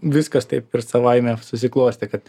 viskas taip ir savaime susiklostė kad